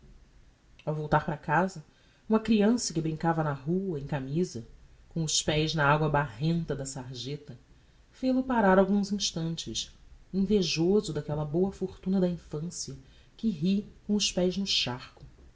ao voltar para casa uma creança que brincava na rua em camisa com os pés na agua barrenta da sargeta fel-o parar alguns instantes invejoso daquella boa fortuna da infancia que ri com os pés